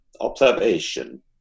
observation